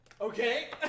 Okay